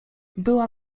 była